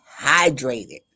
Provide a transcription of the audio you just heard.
hydrated